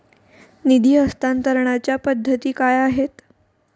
निधी हस्तांतरणाच्या पद्धती काय आहेत?